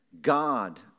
God